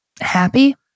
Happy